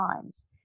times